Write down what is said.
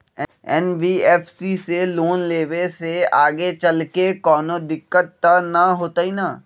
NBFC से loan लेबे से आगेचलके कौनो दिक्कत त न होतई न?